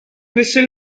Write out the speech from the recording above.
whistle